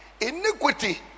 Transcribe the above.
Iniquity